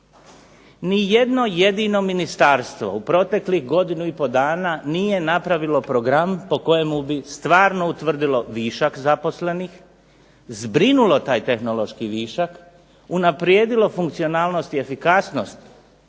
Nijedno jedino ministarstvo u proteklih godinu i pol dana nije napravilo program po kojemu bi stvarno utvrdilo višak zaposlenih, zbrinulo taj tehnološki višak, unaprijedilo funkcionalnost i efikasnost